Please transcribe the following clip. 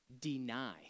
Deny